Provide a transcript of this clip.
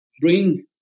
bring